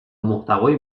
محتوای